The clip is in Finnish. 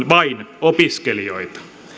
vain opiskelijoita